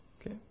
Okay